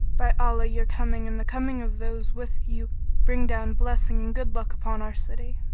by allah your coming and the coming of those with you bring down blessing and good luck upon our city!